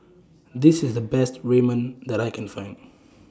This IS The Best Ramen that I Can Find